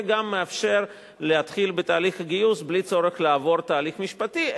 וגם מאפשר להתחיל בתהליך גיוס בלי צורך לעבור תהליך משפטי,